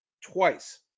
twice